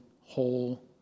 whole